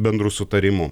bendru sutarimu